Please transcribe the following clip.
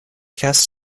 cast